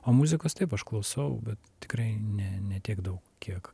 o muzikos taip aš klausau bet tikrai ne ne tiek daug kiek